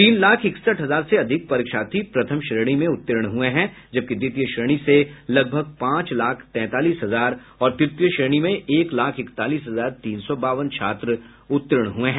तीन लाख इकसठ हजार से अधिक परीक्षार्थी प्रथम श्रेणी में उत्तीर्ण हुए हैं जबकि द्वितीय श्रेणी से लगभग पांच लाख तैंतालीस हजार और तृतीय श्रेणी में एक लाख इकतालीस हजार तीन सौ बावन छात्र उत्तीर्ण हुए हैं